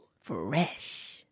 Fresh